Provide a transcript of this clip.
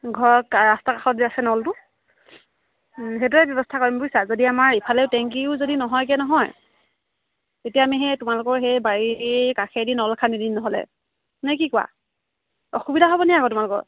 ঘৰত ৰাস্তা কাষত যে আছে নলটো সেইটোৱে ব্যৱস্থা কৰিম বুইছা যদি আমাৰ ইফালেও টেংকিও যদি নহয়গৈ নহয় তেতিয়া আমি সেই তোমালোকৰ সেই বাৰীৰ কাষেদি নল খান্দি দিম নহ'লে নে কি কোৱা অসুবিধা হ'বনি আকৌ তোমালোকৰ